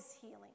healing